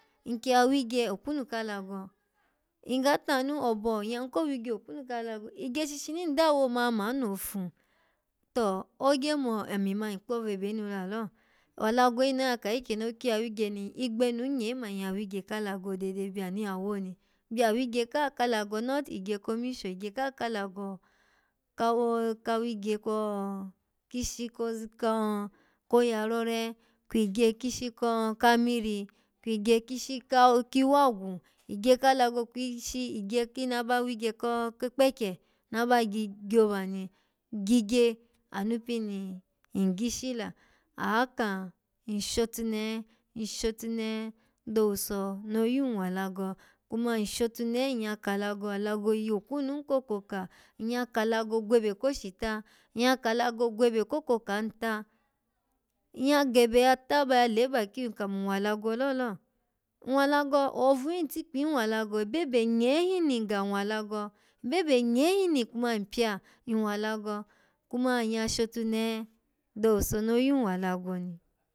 Nkgi ya wigye okunu ka alago ngga tanu, obo, nyya yimu ko wigye okunu ka alago, igye shishini ndo ya wo ma amo ano fu, to ogye mami ma nkpo vebe nu lalo alago nu na ka ikyeni owukyi ya wigye ni, igbenun nye ma nyya wigye ka alago dede byanu ya wo oni byawigye kaha ka alago, not igye ko misho, igye ka alago kawo kawigye ko-kishi koz-ko-koya rore kwikye kishi ko kamiri, kwigye kishi kawo-kiwagwu igye ka alago kwishi-igye kini aba wigye ko-kikpikye naba gyi-gyoba ni, gyigye anu pini ngyishi la ahaka, nshotunehe, nshotunehe do owuso no yun wa alago kuma nshotunehe nyya ka alago, alago yokunun ko koka nyya ka alago gwebe kashi ta, nyya ka alago gwebe ko koka nu ta nyya gebe ya tyaba ya leba kiyun mun wa algo lo lo nwwa alago ohobun, itikpin wa alago gebebenye hin nin ga nwwa alago ebebenye him ni. Kuma npya, nwwa alago, kuma nyya shotumehe do owuso no yun wa alago ni.